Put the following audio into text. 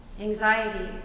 Anxiety